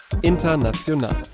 International